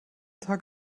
tag